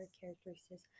characteristics